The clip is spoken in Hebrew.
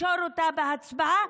ותקשור אותה בהצבעה,